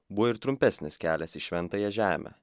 buvo ir trumpesnis kelias į šventąją žemę